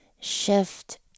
shift